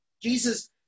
Jesus